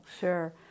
sure